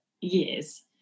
years